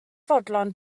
fodlon